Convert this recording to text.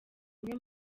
umwe